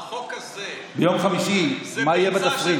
יום חמישי, מה יהיה בתפריט?